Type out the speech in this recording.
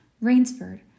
Rainsford